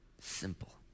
simple